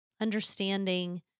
understanding